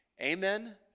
Amen